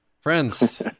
Friends